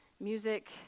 music